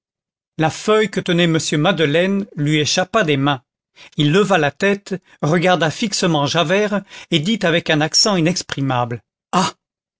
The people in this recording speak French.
la feuille que tenait m madeleine lui échappa des mains il leva la tête regarda fixement javert et dit avec un accent